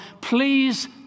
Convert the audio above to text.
please